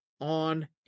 on